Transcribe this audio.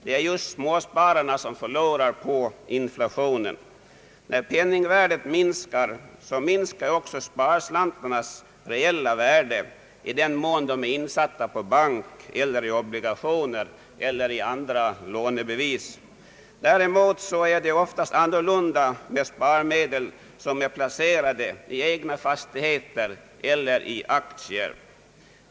Det är just småspararna som förlorar på inflationen. När penningvärdet minskar, så minskar också sparslantarnas reella värde i den mån de är insatta på bank eller i obligationer eller andra lånebevis. Däremot är det oftast annorlunda med sparmedel som är placerade i egna fastigheter eller i aktier.